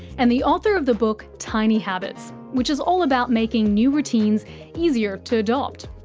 and the author of the book tiny habits, which is all about making new routines easier to adopt.